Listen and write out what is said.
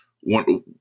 one